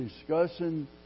discussing